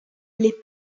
les